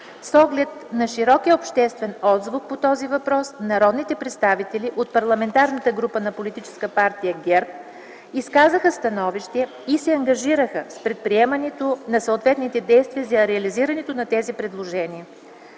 С оглед на широкия обществен отзвук по този въпрос народните представители от Парламентарната група на Политическа партия ГЕРБ изказаха становище и се ангажираха с предприемането на съответните действия за реализирането на тези предложения.